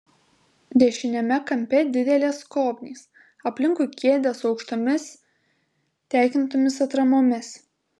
dešiniame kampe didelės skobnys aplinkui kėdės su aukštomis tekintomis atramomis